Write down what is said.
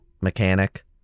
mechanic